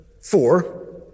four